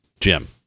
Jim